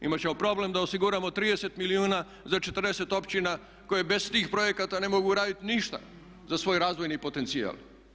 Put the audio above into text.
Imat ćemo problem da osiguramo 30 milijuna za 40 općina koje bez tih projekata ne mogu raditi ništa za svoj razvojni potencijal.